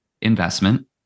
investment